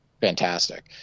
fantastic